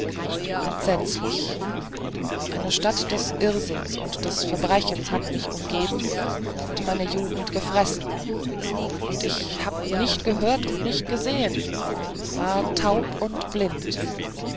entsetzlich eine stadt des irrsinns und des verbrechens hat mich umgeben und meine jugend gefressen und ich hab nicht gehört und nicht gesehen war taub und blind